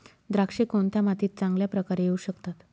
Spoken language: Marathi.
द्राक्षे कोणत्या मातीत चांगल्या प्रकारे येऊ शकतात?